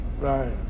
right